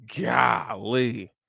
Golly